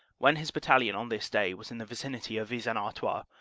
when his battalion on this day was in the vicinity of vis-en-artois,